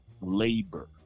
Labor